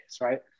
right